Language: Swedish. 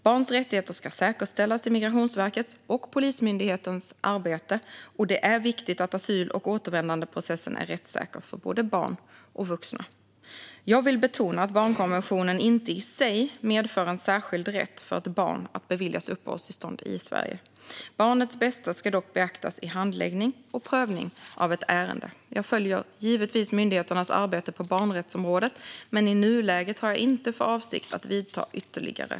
Barns rättigheter ska säkerställas i Migrationsverkets och Polismyndighetens arbete, och det är viktigt att asyl och återvändandeprocessen är rättssäker för både barn och vuxna. Jag vill betona att barnkonventionen inte i sig medför en särskild rätt för ett barn att beviljas uppehållstillstånd i Sverige. Barnets bästa ska dock beaktas i handläggning och prövning av ett ärende. Jag följer givetvis myndigheternas arbete på barnrättsområdet, men i nuläget har jag inte för avsikt att vidta ytterligare åtgärder.